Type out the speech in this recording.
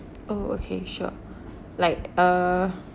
oh okay sure like uh